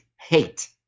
hate